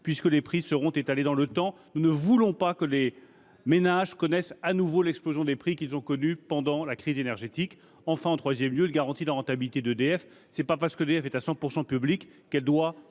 puisque les prix seront étalés dans le temps. Nous ne voulons pas que les ménages connaissent de nouveau une explosion des prix comme celle qu’ils ont connue pendant la crise énergétique. Enfin, en troisième lieu, cet accord garantit la rentabilité d’EDF : ce n’est pas parce qu’elle est à 100 % publique qu’EDF doit